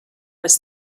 was